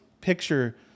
picture